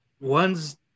one's